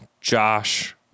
Josh